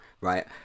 right